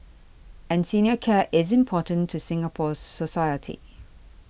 and senior care isn't important to Singapore society